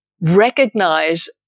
recognize